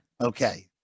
Okay